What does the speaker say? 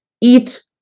eat